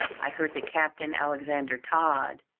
i heard that captain alexander todd,